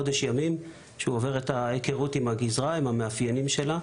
חודש ימים היכרות עם הגזרה והמאפיינים שלה.